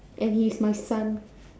and he's my son